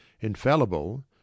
Infallible